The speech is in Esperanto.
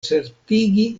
certigi